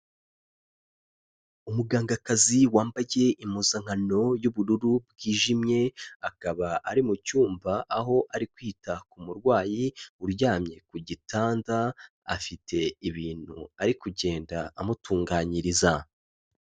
Umugangakazi wambaye impuzankano y'ubururu bwijimye akaba ari mu cyumba aho ari kwita ku murwayi uryamye ku gitanda, afite ibintu ari kugenda amutunganyiriza.